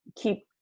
keep